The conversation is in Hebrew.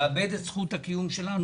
לאבד את זכות הקיום שלנו,